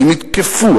האם יתקפו?